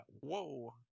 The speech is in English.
whoa